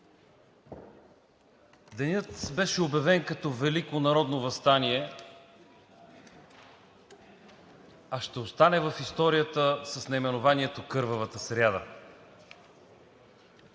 г. беше обявен като „Велико народно въстание“, а ще остане в историята с наименованието „кървавата сряда“.